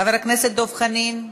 חבר הכנסת דב חנין,